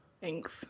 thanks